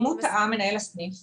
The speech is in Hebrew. אם מנהל הסניף טעה,